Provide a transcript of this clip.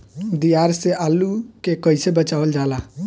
दियार से आलू के कइसे बचावल जाला?